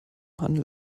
handel